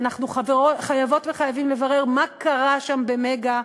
אנחנו חייבות וחייבים לברר מה קרה שם ב"מגה"